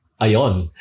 Ayon